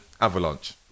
avalanche